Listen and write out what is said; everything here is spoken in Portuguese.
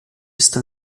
está